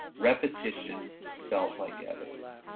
repetition felt like evidence.